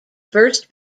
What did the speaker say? first